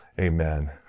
amen